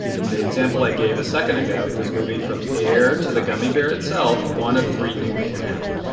in the example i gave a second ago it was moving from air to the gummy bear itself, one of three things can happen.